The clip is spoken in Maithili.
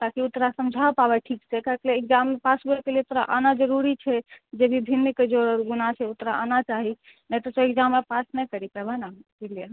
ताकि ओ तोरा समझा पाबै ठीक से काहेके लिए एक्जाममे पास होइके लिए तोरा आना जरूरी छै जे भी भिन्नके जोड़ गुणा छै तोरा आना चाही नहि तऽ तोँ एक्जाममे पास नहि करि पैबऽ ने इसीलिए